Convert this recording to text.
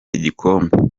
igikombe